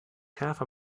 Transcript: half